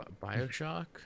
BioShock